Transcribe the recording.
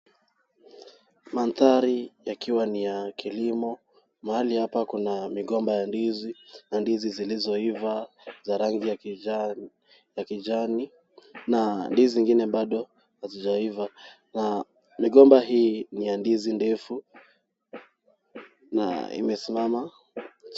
Mandhari yakiwa ni ya kilimo, mahali hapa kuna migomba ya ndizi na ndizi zilizoiva za rangi ya kijani na ndizi ingine bado hazijaiva na migomba hii ni ya ndizi ndefu na imesimama.